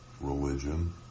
religion